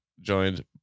joined